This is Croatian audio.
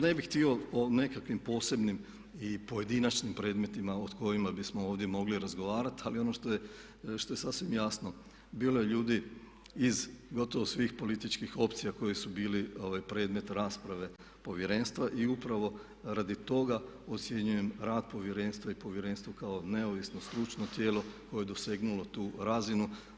Ne bih htio o nekakvim posebnim i pojedinačnim predmetima o kojima bismo ovdje mogli razgovarati, ali ono što je sasvim jasno bilo je ljudi iz gotovo svih političkih opcija koji su bili predmet rasprave povjerenstva i upravo radi toga ocjenjujem rad povjerenstva i povjerenstvo kao neovisno stručno tijelo koje je dosegnulo tu razinu.